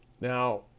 Now